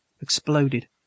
exploded